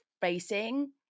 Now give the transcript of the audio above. facing